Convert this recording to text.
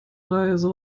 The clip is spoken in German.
reise